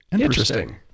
interesting